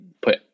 put